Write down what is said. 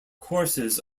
courses